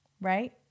right